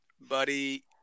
Buddy